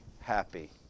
happy